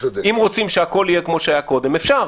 אם רוצים שהכול יהיה כמו שהיה קודם אפשר.